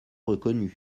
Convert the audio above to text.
reconnues